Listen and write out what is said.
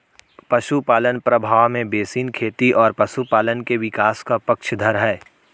पशुपालन प्रभाव में बेसिन खेती और पशुपालन के विकास का पक्षधर है